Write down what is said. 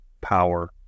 power